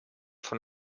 von